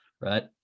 right